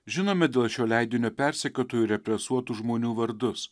žinome dėl šio leidinio persekiotojų represuotų žmonių vardus